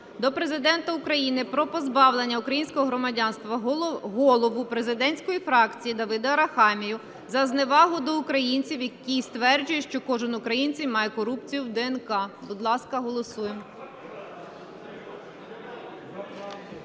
до Президента України про позбавлення українського громадянства голову президентської фракції Давида Арахамію за зневагу до українців, який стверджує, що кожен українець має корупцію в ДНК. Будь ласка, голосуємо.